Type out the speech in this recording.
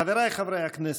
חבריי חברי הכנסת,